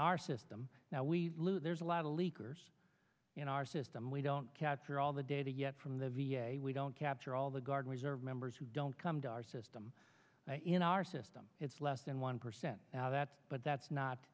our system now we lose there's a lot of leakers in our system we don't capture all the data yet from the v a we don't capture all the guard reserve members who don't come to our system in our system it's less than one percent now that but that's not